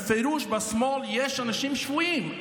בפירוש בשמאל יש אנשים שבויים,